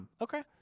Okay